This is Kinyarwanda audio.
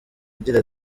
agira